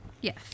Yes